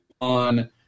on